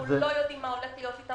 שאנחנו לא יודעים מה הולך להיות איתם.